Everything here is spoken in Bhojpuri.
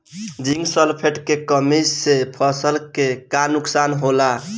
जिंक सल्फेट के कमी से फसल के का नुकसान होला?